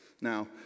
Now